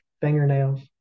Fingernails